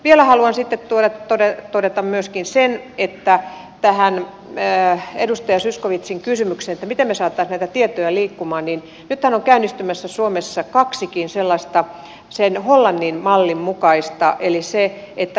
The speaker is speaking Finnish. vielä haluan todeta sen tähän edustaja zyskowiczin kysymykseen siitä miten me saisimme näitä tietoja liikkumaan että nythän on käynnistymässä suomessa kaksikin hollannin mallin mukaista toimintamallia